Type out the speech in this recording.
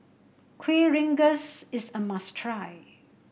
Kueh Rengas is a must try